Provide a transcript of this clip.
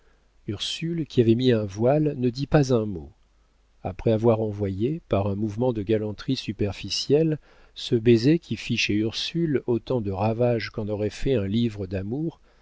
ursule qui avait mis un voile ne dit pas un mot après avoir envoyé par un mouvement de galanterie superficielle ce baiser qui fit chez ursule autant de ravages qu'en aurait fait un livre d'amour